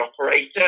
operator